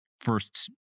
first